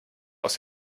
aus